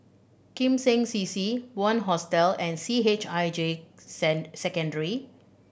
Kim Seng C C Bunc Hostel and C H I J Send Secondary